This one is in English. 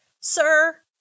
Sir